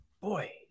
boy